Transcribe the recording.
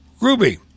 Ruby